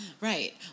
right